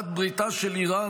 בת בריתה של איראן,